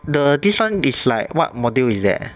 the this one is like what module is that